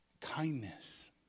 kindness